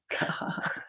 God